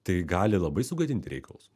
tai gali labai sugadinti reikalus